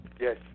yes